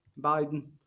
Biden